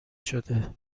شده